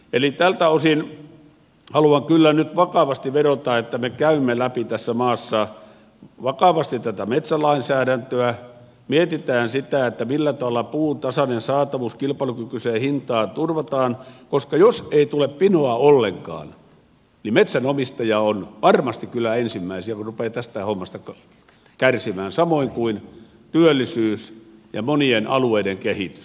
eli tältä osin haluan kyllä nyt vakavasti vedota että me käymme läpi tässä maassa vakavasti tätä metsälainsäädäntöä mietimme sitä millä tavalla puun tasainen saatavuus kilpailukykyiseen hintaan turvataan koska jos ei tule pinoa ollenkaan niin metsänomistaja on varmasti kyllä ensimmäisiä jotka rupeavat tästä hommasta kärsimään samoin kuin työllisyys ja monien alueiden kehitys